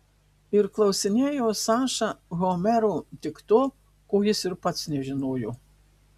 ir klausinėjo saša homero tik to ko jis ir pats nežinojo